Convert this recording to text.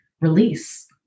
release